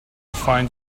find